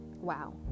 Wow